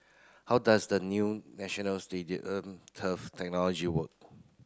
how does the new National Stadium turf technology work